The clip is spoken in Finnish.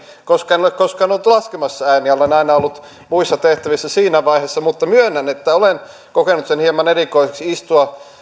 koska en ole koskaan ollut laskemassa ääniä olen aina ollut muissa tehtävissä siinä vaiheessa mutta myönnän että olen kokenut hieman erikoiseksi istua